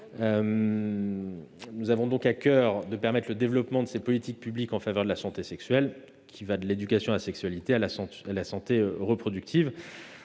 Nous avons à coeur de permettre le développement des politiques publiques en faveur de la santé sexuelle, lesquelles vont de l'éducation à la sexualité à la santé reproductive,